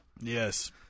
Yes